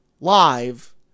live